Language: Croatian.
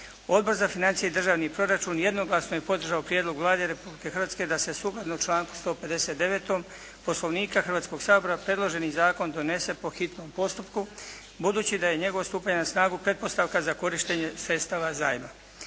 Odbor za financije i državni proračun jednoglasno je podržao prijedlog Vlade Republike Hrvatske da se sukladno članku 159. Poslovnika Hrvatskog sabora predloženi zakon donese po hitnom postupku budući da je njegovo stupanje na snagu pretpostavka za korištenje sredstava zajma.